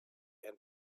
and